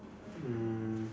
um